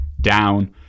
down